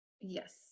Yes